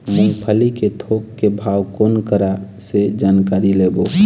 मूंगफली के थोक के भाव कोन करा से जानकारी लेबो?